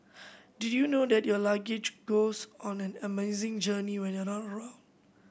did you know that your luggage goes on an amazing journey when you're not around